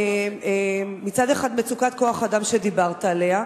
מצד אחד, מצוקת כוח-אדם שדיברת עליה,